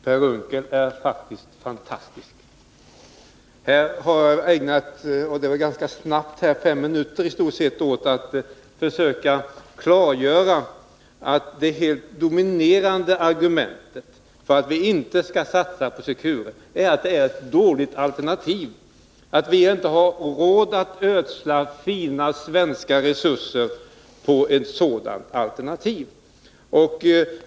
Herr talman! Per Unckel är fantastisk. Här ägnade jag i stort sett fem minuter åt att försöka klargöra att det helt dominerande argumentet för att vi inte skall satsa på Secure är att det är ett dåligt alternativ, att vi inte har råd att ödsla viktiga svenska resurser på ett sådant alternativ. Men det tycks inte Per Unckel ha uppfattat.